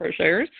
crocheters